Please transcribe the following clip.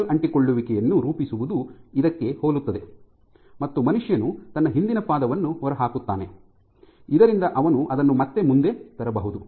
focal ಅಂಟಿಕೊಳ್ಳುವಿಕೆಯನ್ನು ರೂಪಿಸುವುದು ಇದಕ್ಕೆ ಹೋಲುತ್ತದೆ ಮತ್ತು ಮನುಷ್ಯನು ತನ್ನ ಹಿಂದಿನ ಪಾದವನ್ನು ಹೊರಹಾಕುತ್ತಾನೆ ಇದರಿಂದ ಅವನು ಅದನ್ನು ಮತ್ತೆ ಮುಂದೆ ತರಬಹುದು